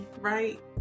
right